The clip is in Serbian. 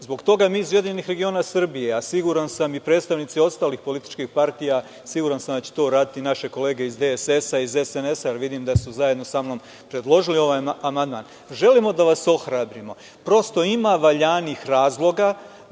Zbog toga mi iz URS, a siguran sam i predstavnici ostalih političkih partija, siguran sam da će to uraditi i naše kolege iz DSS i iz SNS, jer vidim da su zajedno sa mnom predložili ovaj amandman. Želimo da vas ohrabrimo. Prosto ima valjanih razloga